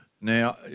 Now